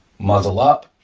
muzzle up.